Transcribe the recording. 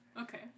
Okay